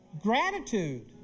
Gratitude